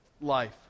life